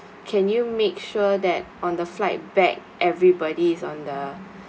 can you make sure that on the flight back everybody is on the